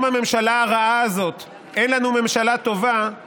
הממשלה הרעה הזאת אין לנו ממשלה טובה הם